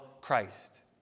Christ